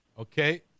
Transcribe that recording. okay